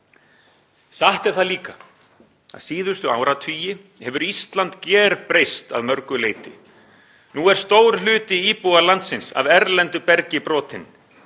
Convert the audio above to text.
Satt er það líka að síðustu áratugi hefur Ísland gerbreyst að mörgu leyti. Nú er stór hluti íbúa landsins af erlendu bergi brotinn.